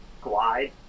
glide